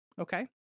Okay